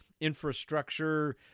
infrastructure